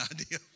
idea